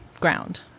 ground